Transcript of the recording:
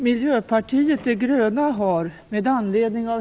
Fru talman!